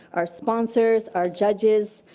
our sponsors, our judges,